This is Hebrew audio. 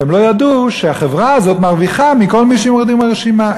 והם לא ידעו שהחברה הזאת מרוויחה מכל מי שמורידים מהרשימה.